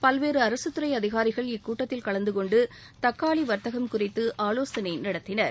பல்வேறு அரகத்துறை அதிகாரிகள் இக்கூட்டத்தில் கலந்து கொண்டு தக்காளி வர்த்தகம் குறித்து ஆலோசனை நடத்தினர்